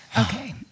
Okay